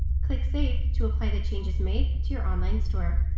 click save to apply the changes made to your online store.